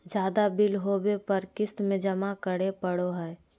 ज्यादा बिल होबो पर क़िस्त में जमा करे पड़ो हइ